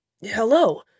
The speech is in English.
hello